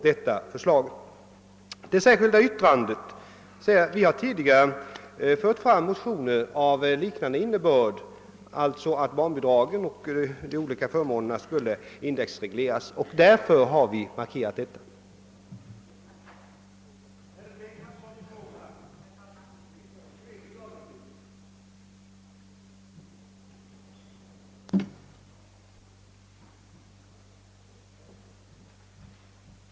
Beträffande det särskilda yttrandet vill jag erinra om att vi inom centerpartiet tidigare väckt motioner av den innebörden att barnbidragen och de andra förmånerna bör indexregleras, och därför har vi även i det här sammanhanget velat markera detta.